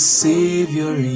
savior